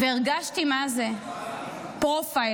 הרגשתי מה זה פרופיילינג,